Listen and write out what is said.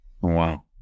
Wow